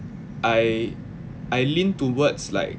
I I lean towards like